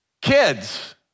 Kids